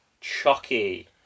Chucky